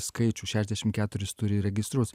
skaičių šešiasdešimt keturis turi įregistruot